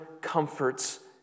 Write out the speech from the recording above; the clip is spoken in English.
comforts